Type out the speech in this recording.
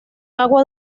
agua